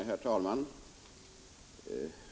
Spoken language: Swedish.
Herr talman!